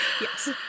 Yes